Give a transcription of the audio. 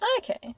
Okay